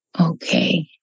okay